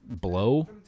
blow